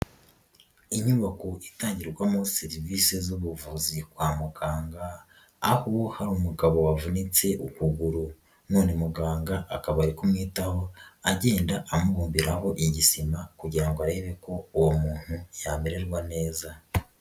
Inyubako itangirwamo serivisi z'ubuvuzi kwa muganga, aho hari umugabo wavunitse ukuguru none muganga akaba ari kumwitaho agenda amubumbiraho igipima kugira ngo arebe ko uwo muntu yamererwa neza.